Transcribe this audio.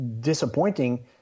disappointing